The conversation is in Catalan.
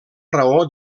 raó